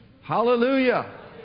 Hallelujah